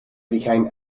became